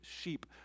sheep